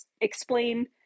explain